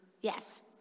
Yes